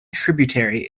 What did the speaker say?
tributary